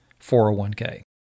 401k